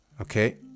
Okay